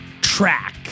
track